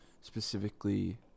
specifically